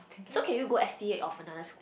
so can you go of another school